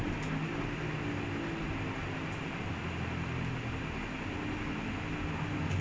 and then it's not per hour it's per it's per recording